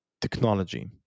technology